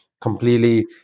completely